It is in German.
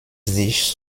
sich